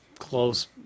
Close